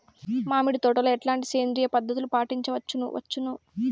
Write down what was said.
మామిడి తోటలో ఎట్లాంటి సేంద్రియ పద్ధతులు పాటించవచ్చును వచ్చును?